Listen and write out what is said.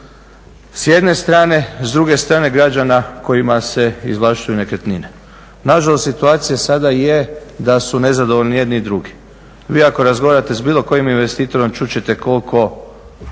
s jedne strane, s druge strane građana kojima se izvlašćuju nekretnine. Nažalost situacija sada i je da su nezadovoljni i jedni i drugi. Vi ako razgovarate sa bilo kojim investitorom čuti ćete koliko